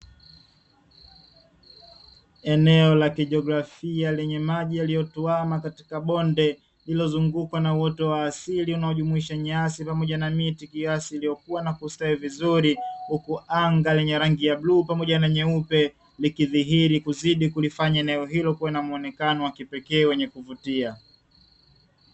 Eneo la kijiografia lenye maji yaliyotuama katika bonde lililozungukwa na uoto wa asili unaojumuisha nyasi pamoja na miti kiasi iliyokua na kustawi vizuri, huku anga la bluu pamoja na nyeupe likidhihiri kuzidi kulifanya eneo hili kuwa na muonekano wa kipekee wenye kuvutia.